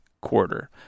quarter